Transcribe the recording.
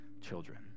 children